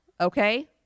okay